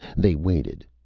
they waited,